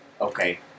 okay